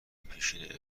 پیشین